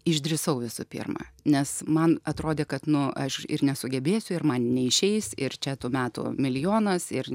išdrįsau visų pirma nes man atrodė kad nu aš ir nesugebėsiu ir man neišeis ir čia tų metų milijonas ir